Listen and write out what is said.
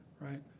right